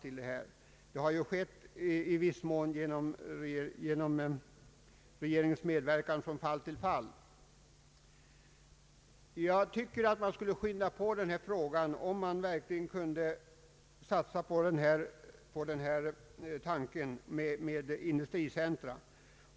Statsbidrag har sedan dess lämnats endast genom regeringens medverkan från fall till fall. Jag anser att vi bör skynda på denna tanke med industricentra.